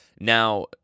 Now